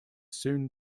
soon